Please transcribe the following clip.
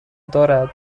دارد